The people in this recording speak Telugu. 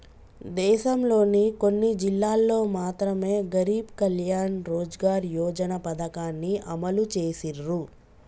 దేశంలోని కొన్ని జిల్లాల్లో మాత్రమె గరీబ్ కళ్యాణ్ రోజ్గార్ యోజన పథకాన్ని అమలు చేసిర్రు